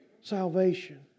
salvation